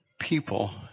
people